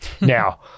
now